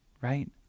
right